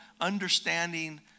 understanding